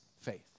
faith